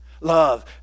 Love